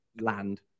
land